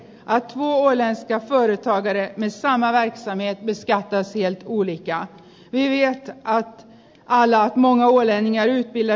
vi är stolta över att kunna visa upp denna form för konfliktlösning men här har det inte fungerat